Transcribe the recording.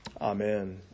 amen